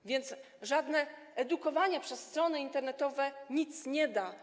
A więc żadne edukowanie przez strony internetowe nic nie da.